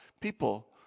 people